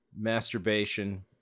masturbation